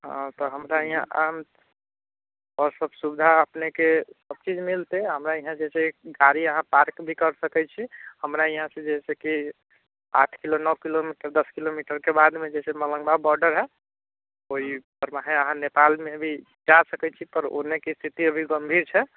हँ तऽ हमरा यहाँ आउ आओर सब सुविधा अपनेके सब चीज मिलतै हमरा यहाँ जे छै गाड़ी अहाँ पार्क भी कऽ सकै छी हमरा यहाँसँ जइसँ कि आठ किलोमीटर नओ किलोमीटर दस किलोमीटरके बादमे जे छै मलङ्गवा बॉर्डर हइ ओहि परमे हइ अहाँ नेपालमे भी जा सकै छी पर ओन्नेके स्थिति अभी गम्भीर छै